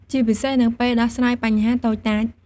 ជាពិសេសនៅពេលដោះស្រាយបញ្ហាតូចតាច។